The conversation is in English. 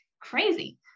Crazy